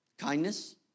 Kindness